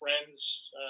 friends